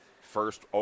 first